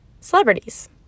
celebrities